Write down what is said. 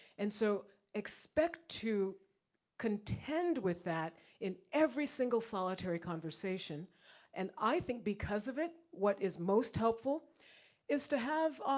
and so expect to contend with that in every single solitary conversation and i think because of it, what is most helpful is to have,